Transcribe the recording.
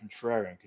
contrarian